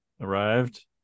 arrived